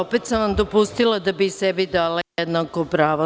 Opet sam vam dopustila da bih sebi dala jednako pravo.